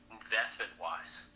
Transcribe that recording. investment-wise